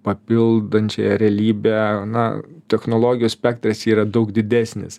papildančiąją realybę na technologijų spektras yra daug didesnis